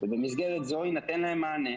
במסגרת זו יינתן להם מענה,